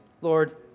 Lord